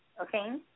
okay